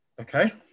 Okay